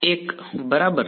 1 બરાબર